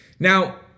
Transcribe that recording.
Now